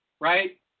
right